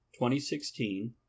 2016